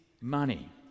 money